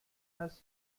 hash